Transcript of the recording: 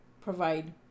provide